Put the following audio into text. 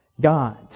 God